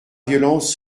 violence